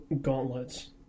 gauntlets